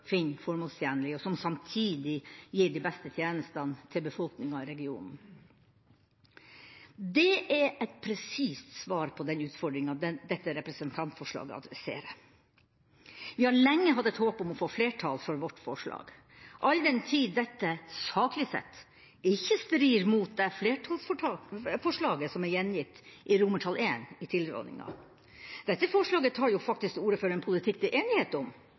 formålstjenlig, og som samtidig gir de beste tjenestene til befolkninga i regionen. Det er et presist svar på den utfordringa dette representantforslaget adresserer. Vi har lenge hatt et håp om å få flertall for vårt forslag – all den tid dette saklig sett ikke strider mot det flertallsforslaget som er gjengitt i I i tilrådinga. Dette forslaget tar jo faktisk til orde for en politikk det er enighet om,